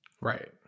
Right